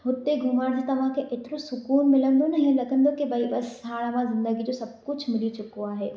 हुते घुमण जे तव्हांखे एतिरो सुकूनु मिलंदो न हीअं लॻंदो की भई बसि हाणे मां ज़िंदगी जो सभु कुझु मिली चुको आहे